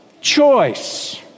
Choice